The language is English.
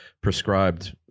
prescribed